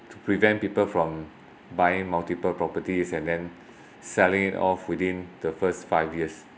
to prevent people from buying multiple properties and then selling it off within the first five years